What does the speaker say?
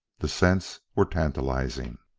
the scents were tantalizing.